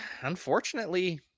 Unfortunately